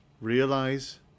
Realize